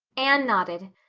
anne nodded.